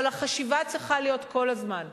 אבל החשיבה צריכה להיות כל הזמן: